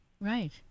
Right